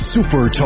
Super